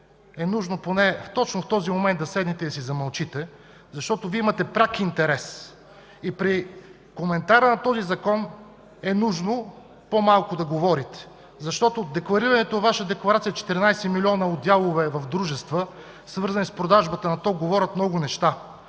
Мисля, че точно в този момент е нужно да седнете и да си замълчите, защото имате пряк интерес и при коментара на този Закон е нужно по-малко да говорите. Декларираното във Ваша декларация за 14 милиона от дялове в дружества, свързани с продажбата на ток, говори много неща.